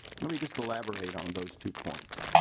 let me just elaborate on those two points.